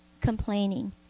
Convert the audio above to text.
complaining